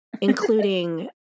including